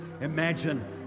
imagine